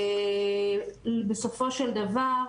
ובסופו של דבר,